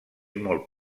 molt